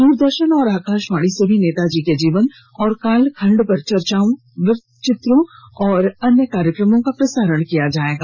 दूरदर्शन और आकाशवाणी से भी नेताजी के जीवन और कालखंड पर चर्चाओं वृत्तचित्रों और अन्य कार्यक्रमों का प्रसारण होगा